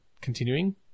continuing